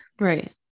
Right